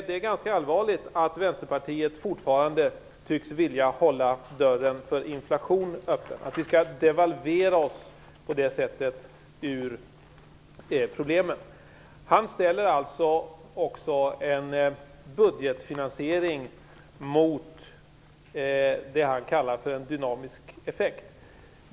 Det är ganska allvarligt att Vänsterpartiet fortfarande tycks vilja hålla dörren öppen för inflation, att vi på det sättet skall devalvera oss ur problemet. Han ställer alltså en budgetfinansiering mot det han kallar för en dynamisk effekt.